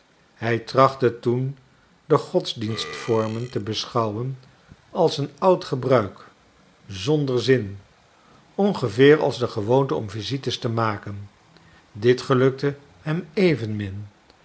hij trachtte toen de godsdienstvormen te beschouwen als een oud gebruik zonder zin ongeveer als de gewoonte om visites te maken dit gelukte hem evenmin